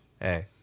Hey